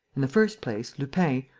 in the first place, lupin,